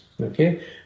Okay